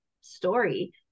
story